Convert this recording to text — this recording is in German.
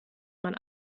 man